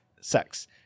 Sex